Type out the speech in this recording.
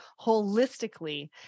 holistically